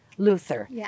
Luther